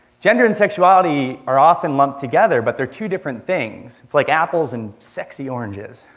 gender and sexuality are often lumped together but they're two different things. it's like apples and sexy oranges.